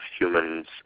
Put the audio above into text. humans